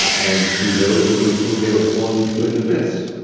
and to those who were feeling, they were falling into an abyss,